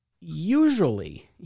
usually